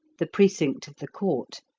the precinct of the court.